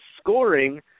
scoring